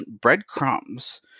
breadcrumbs